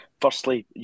Firstly